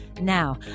now